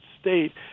state